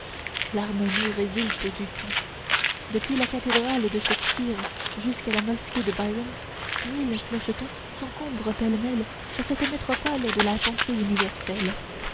l'harmonie résulte du tout depuis la cathédrale de shakespeare jusqu'à la mosquée de byron mille clochetons s'encombrent pêle-mêle sur cette métropole de la pensée universelle